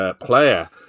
player